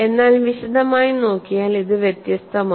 എന്നാൽ വിശദമായി നോക്കിയാൽ ഇത് വ്യത്യസ്തമാണ്